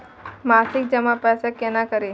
मासिक जमा पैसा केना करी?